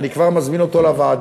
אני כבר מזמין אותו לוועדה,